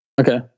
Okay